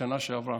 בשנה שעברה: